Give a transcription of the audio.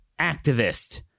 Activist